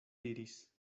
diris